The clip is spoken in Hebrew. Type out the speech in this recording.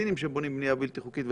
פלסטינים שבונים בנייה בלתי חוקית.